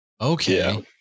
Okay